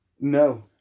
No